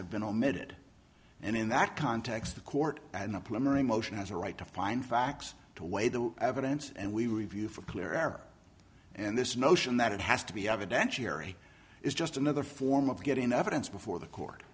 have been omitted and in that context the court and the plumber emotion has a right to find facts to weigh the evidence and we review for clear air and this notion that it has to be evidentiary is just another form of getting the evidence before the court